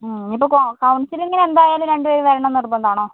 ഇപ്പോൾ കൗണ്സിലിങ്ങിന് എന്തായാലും രണ്ട് പേരും വരണമെന്ന് നിർബന്ധമാണോ